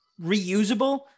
reusable